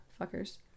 fuckers